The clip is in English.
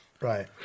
right